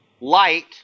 light